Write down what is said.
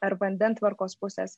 ar vandentvarkos pusės